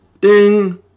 Ding